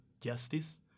justice